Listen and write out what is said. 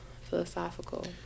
philosophical